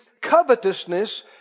covetousness